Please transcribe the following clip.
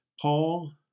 Paul